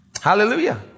Hallelujah